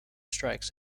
strikes